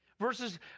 versus